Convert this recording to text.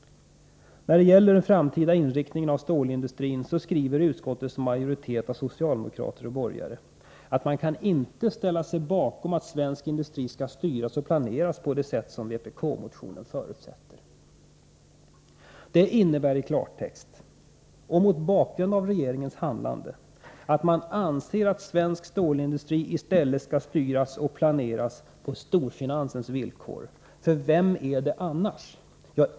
När det gäller den framtida inriktningen av stålindustrin skriver utskottets majoritet av socialdemokrater och borgare att man inte kan ställa sig bakom att svensk industri skall styras och planeras på det sätt som vpk-motionen förutsätter. Det innebär i klartext att man anser att svensk stålindustri i stället skall styras och planeras på storfinansens villkor. För vem är det annars som styr?